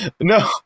no